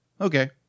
Okay